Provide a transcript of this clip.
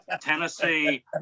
Tennessee